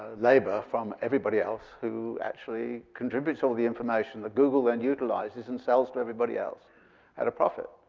labor from everybody else who actually contributes all the information that google then utilizes and sells to everybody else at a profit.